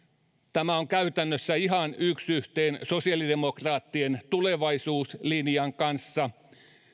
tämä on käytännössä ihan yksi yhteen sosiaalidemokraattien tulevaisuuslinjan kanssa